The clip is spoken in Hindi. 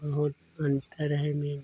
बहुत अंतर है